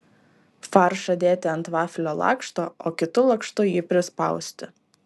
faršą dėti ant vaflio lakšto o kitu lakštu jį prispausti